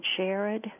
Sherrod